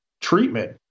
treatment